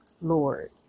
Lord